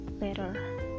later